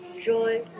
joy